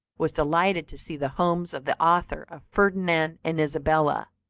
was delighted to see the home of the author of ferdinand and isabella.